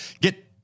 get